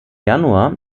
januar